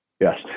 Yes